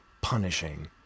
punishing